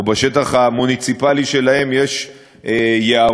או שבשטח המוניציפלי שלהם יש יערות,